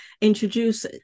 introduce